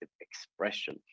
expression